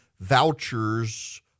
Vouchers